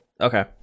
Okay